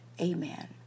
amen